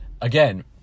again